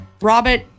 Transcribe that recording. Robert